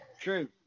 True